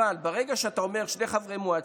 אבל ברגע שאתה אומר שני חברי מועצה,